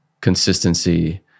consistency